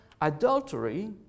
adultery